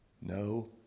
No